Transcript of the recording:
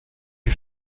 die